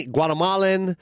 Guatemalan